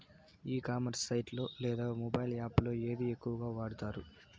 ఈ commerce site లో లేదా మొబైల్ యాప్ లో ఏది ఎక్కువగా వాడుతారు?